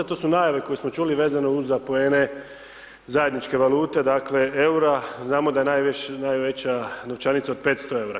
To su najave koje smo čuli vezano uz apoene zajedničke valute, dakle, EUR-a, znamo da je najveća novčanica od 500,00 EUR-a.